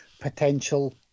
potential